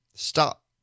Stop